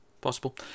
Possible